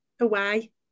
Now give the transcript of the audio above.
away